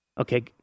Okay